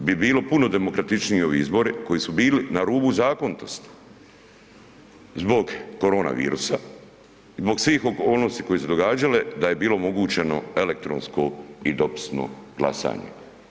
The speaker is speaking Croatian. Zasigurno bi bilo puno demokratičnije ovi izbori koji su bili na rubu zakonitosti zbog koronavirusa, zbog svih okolnosti koje su se događale, da je bilo omogućeno elektronsko i dopisno glasanje.